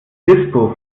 dispo